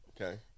Okay